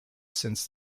since